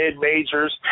mid-majors